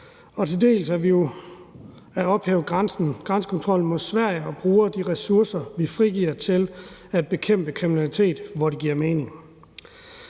grænse, dels at ophæve grænsekontrollen mod Sverige og bruge de ressourcer, vi frigiver, til at bekæmpe kriminalitet, hvor det giver mening.